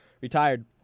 retired